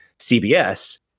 CBS